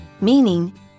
meaning